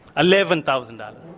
eleven thousand dollars.